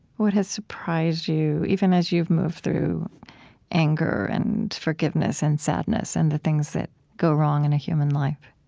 what has surprised you, even as you've moved through anger, and forgiveness, and sadness, and the things that go wrong in a human life?